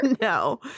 No